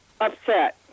upset